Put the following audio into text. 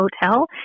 hotel